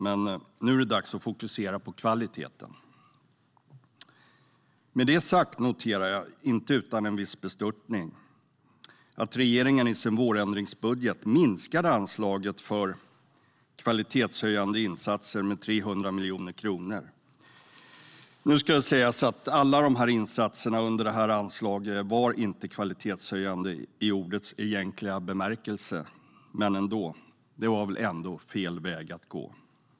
Men nu är det dags att fokusera på kvaliteten. Med det sagt noterade jag, inte utan en viss bestörtning, att regeringen i sin vårändringsbudget har minskat anslaget för kvalitetshöjande insatser med 300 miljoner kronor. Nu var inte alla insatser under detta anslag kvalitetshöjande i ordets egentliga bemärkelse, men ändå. Det var väl ändå fel väg att gå?